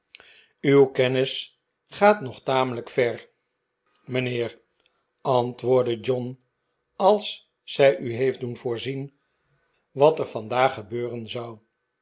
uw kennis gaat nog tamelijk ver mijnmaarten chuzzlewit wm heer antwoordde john als zij u heeft doen voorzien wat er vandaag gebeuren zou